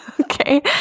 Okay